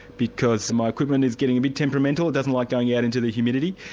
because my equipment is getting a bit temperamental, it doesn't like going yeah out into the humidity.